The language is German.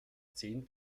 zehn